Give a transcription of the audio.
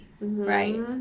Right